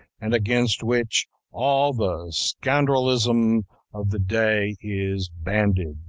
and against which all the scoundrelism of the day is banded!